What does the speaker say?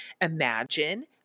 imagine